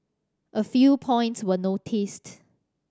a few points we noticed